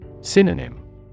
Synonym